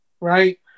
Right